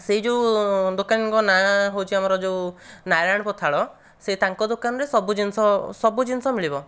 ସେଇ ଯେଉଁ ଦୋକାନିଙ୍କ ନାଁ ହେଉଛି ଆମର ଯେଉଁ ନାରାୟଣ ପଥାଳ ସେ ତାଙ୍କ ଦୋକାନରେ ସବୁ ଜିନିଷ ସବୁ ଜିନିଷ ମିଳିବ